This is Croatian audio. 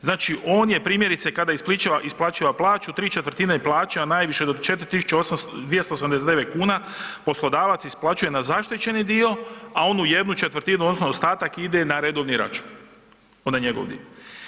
Znači on je primjerice, kada isplaćuje plaću 3/4 plaće, a najviše do 4 289 kuna poslodavac isplaćuje na zaštićeni dio, a oni jedni četvrtinu, odnosno ostatak ide na redovni račun, onaj njegov dio.